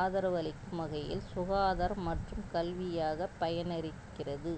ஆதரவு அளிக்கும் வகையில் சுகாதாரம் மற்றும் கல்வியாக பயனறிகிறது